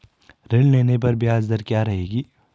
ऋण लेने पर ब्याज दर क्या रहेगी?